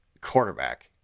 quarterback